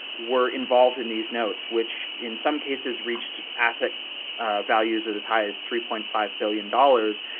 were involved in these notes which, in some cases, reached assets values of as high as three point five billion dollars.